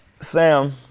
sam